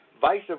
vice